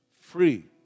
free